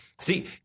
See